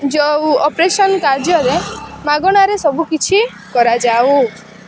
ଯେଉଁ ଅପରେସନ୍ କାର୍ଯ୍ୟରେ ମାଗଣାରେ ସବୁକିଛି କରାଯାଉ